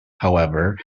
however